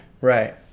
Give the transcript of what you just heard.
Right